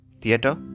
theatre